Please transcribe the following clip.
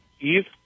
eve